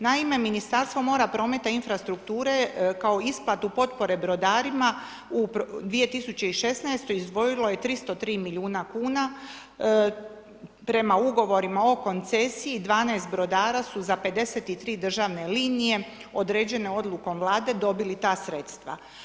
Naime, Ministarstvo moram, prometa i infrastrukture kao isplatu potpore brodarima u 2016. izdvojilo je 303 milijuna kuna, prema ugovorima o koncesiji 12 brodara su za 53 državne linije određene odlukom Vlade dobili ta sredstva.